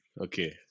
Okay